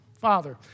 Father